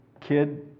Kid